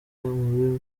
muri